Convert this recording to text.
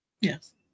Yes